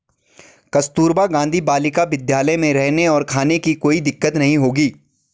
कस्तूरबा गांधी बालिका विद्यालय में रहने और खाने की कोई दिक्कत नहीं होगी